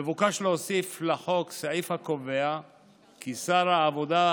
מבוקש להוסיף לחוק סעיף הקובע כי שר העבודה,